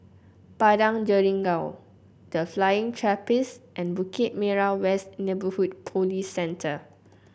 Padang Jeringau The Flying Trapeze and Bukit Merah West Neighbourhood Police Center